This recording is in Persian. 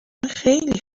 خیلی